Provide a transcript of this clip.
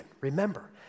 Remember